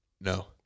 No